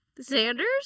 Sanders